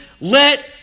Let